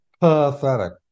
Pathetic